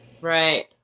Right